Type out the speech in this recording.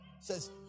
says